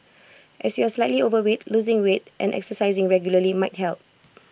as you are slightly overweight losing weight and exercising regularly might help